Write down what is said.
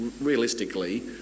realistically